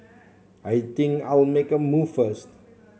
I think I'll make a move first